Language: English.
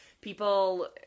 people